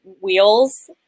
wheels